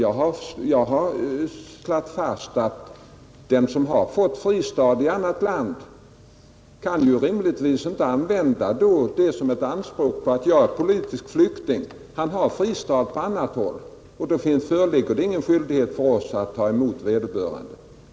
Jag har slagit fast att den som har fått fristad i annat land rimligtvis inte kan göra anspråk på att bli betraktad som politisk flykting i Sverige. Har han fristad på annat håll, så föreligger det ingen skyldighet för oss att ta emot vederbörande.